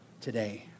today